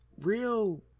real